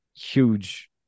huge